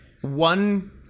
one